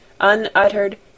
unuttered